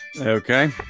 Okay